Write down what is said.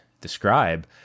describe